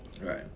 Right